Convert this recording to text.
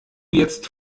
jetzt